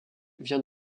vient